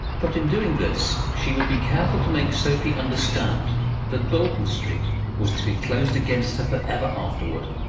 but in doing this she would be careful to make sophie understand that bolton street was to be closed against her for ever afterwards.